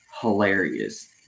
hilarious